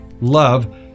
love